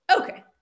Okay